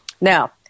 Now